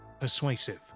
persuasive